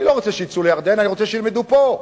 אני לא רוצה שיצאו לירדן, אני רוצה שילמדו פה.